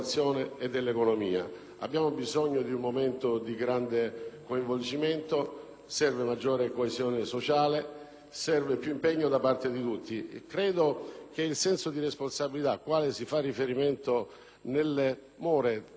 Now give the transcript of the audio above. serve maggiore coesione sociale e più impegno da parte di tutti. Credo quindi che, per il senso di responsabilità al quale si fa riferimento nelle more dell'avvento del federalismo, una classe dirigente attrezzata, in grado di assumersi le sue responsabilità,